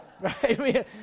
Right